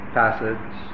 passage